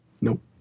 Nope